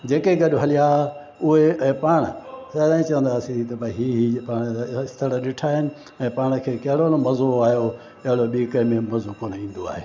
जेके गॾु हलिया उहे ऐं पाण घरे चवंदासीं की भई हीउ पाण रस्ता त ॾिठा आहिनि ऐं पाण खे कहिड़ो न मज़ो आहियो अहिड़ो ॿी कंहिंमे मज़ो कोन ईंदो आहे